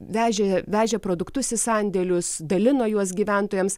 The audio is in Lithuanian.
vežė vežė produktus į sandėlius dalino juos gyventojams